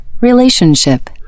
Relationship